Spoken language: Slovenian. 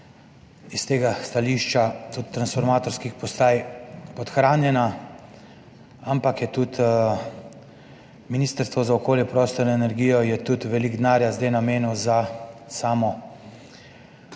s tega stališča, tudi transformatorske postaje, podhranjena, ampak je tudi Ministrstvo za okolje, prostor in energijo veliko denarja zdaj namenilo za samo